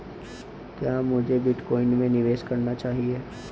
क्या मुझे बिटकॉइन में निवेश करना चाहिए?